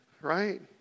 Right